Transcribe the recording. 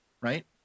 right